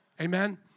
Amen